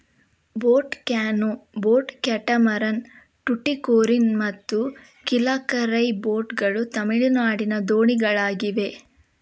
boat canoe, boat catamaran, Tuticorin ಮತ್ತು Kilakarai boat ಗಳು ತಮಿಳುನಾಡಿನ ದೋಣಿಗಳಾಗಿವೆ